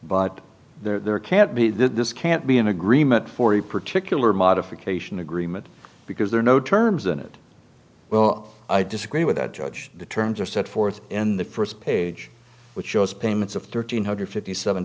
but there can't be that this can't be an agreement for the particular modification agreement because there are no terms in it well i disagree with that judge determines or set forth in the first page which shows payments of thirteen hundred fifty seven